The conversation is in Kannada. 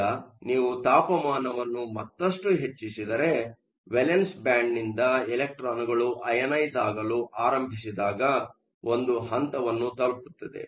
ಈಗ ನೀವು ತಾಪಮಾನವನ್ನು ಮತ್ತಷ್ಟು ಹೆಚ್ಚಿಸುತ್ತಿದ್ದರೆ ವೇಲೆನ್ಸ್ ಬ್ಯಾಂಡ್ನಿಂದ ಇಲೆಕ್ಟ್ರಾನ್ಗಳು ಅಯನೈಸ಼್ ಆಗಲು ಆರಂಭಿಸಿದಾಗ ಒಂದು ಹಂತವನ್ನು ತಲುಪುತ್ತದೆ